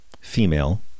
female